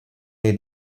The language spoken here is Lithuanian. nei